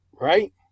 right